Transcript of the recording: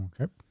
Okay